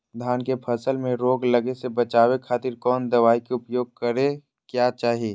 धान के फसल मैं रोग लगे से बचावे खातिर कौन दवाई के उपयोग करें क्या चाहि?